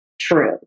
true